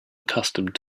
accustomed